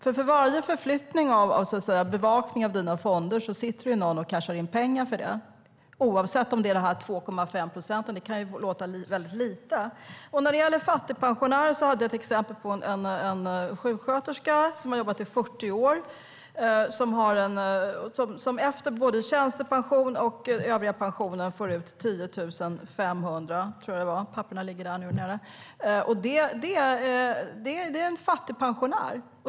För varje förflyttning av dina fonder sitter någon och cashar in pengar för det, oavsett om det är de här 2,5 procenten som kan låta lite. När det gäller fattigpensionärer hade jag ett exempel på en sjuksköterska som har jobbat i 40 år och med både tjänstepension och övriga pensionen får ut 10 500 kronor, tror jag att det var. Det är en fattigpensionär.